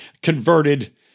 converted